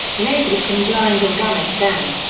lasers can blind or damage them.